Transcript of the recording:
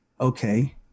okay